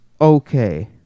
okay